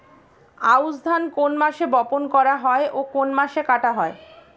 আউস ধান কোন মাসে বপন করা হয় ও কোন মাসে কাটা হয়?